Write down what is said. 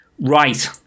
right